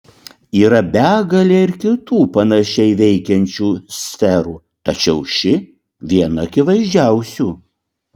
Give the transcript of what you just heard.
yra begalė ir kitų panašiai veikiančių sferų tačiau ši viena akivaizdžiausių